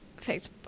facebook